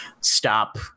stop